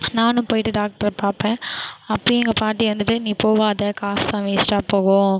நானும் போய்ட்டு டாக்ட்ரை பார்ப்பேன் அப்பயும் எங்கள் பாட்டி வந்துட்டு நீ போகாத காசு தான் வேஸ்ட்டாக போகும்